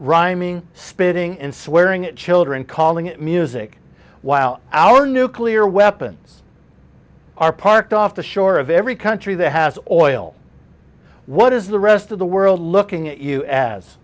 rhyming spitting and swearing at children calling it music while our nuclear weapons are parked off the shore of every country that has or what is the rest of the world looking at you as